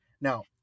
Now